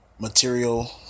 Material